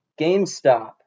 GameStop